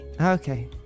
Okay